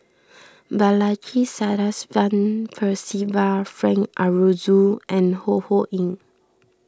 Balaji Sadasivan Percival Frank Aroozoo and Ho Ho Ying